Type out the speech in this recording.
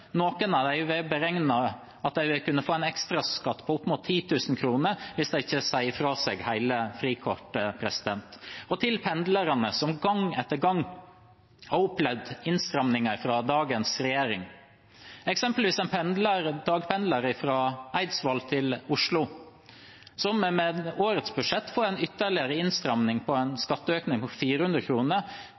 Noen av dem har beregnet at de vil kunne få en ekstra skatt på opp mot 10 000 kr hvis de ikke sier fra seg hele frikortet. Og til pendlerne, som gang etter gang har opplevd innstramminger fra dagens regjering, eksempelvis en dagpendler fra Eidsvoll til Oslo, som med årets budsjett får en ytterligere innstramming, en skatteøkning på 400